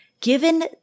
Given